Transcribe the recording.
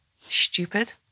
stupid